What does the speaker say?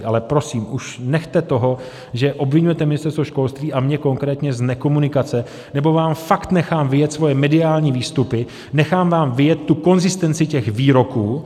Ale prosím, už nechte toho, že obviňujete Ministerstvo školství a mě konkrétně z nekomunikace, nebo vám fakt nechám vyjet svoje mediální výstupy, nechám vám vyjet tu konzistenci těch výroků.